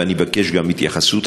ואני מבקש גם התייחסות,